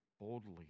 boldly